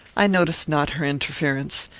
i noticed not her interference,